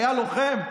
היה לוחם,